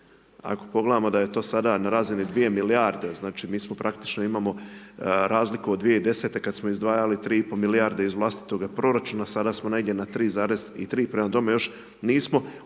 ako pogledamo da je to sada na razini 2 milijarde, znači mi praktički imamo razliku od 2010. kada su izdvajali 3,5 milijarde iz vlastitoga proračuna sada smo negdje na 3,3 prema tome još nismo